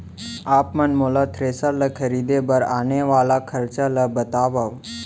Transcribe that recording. आप मन मोला थ्रेसर ल खरीदे बर आने वाला खरचा ल बतावव?